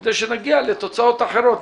כדי שנגיע לתוצאות אחרות.